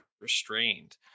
restrained